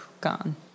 Gone